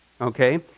Okay